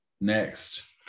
next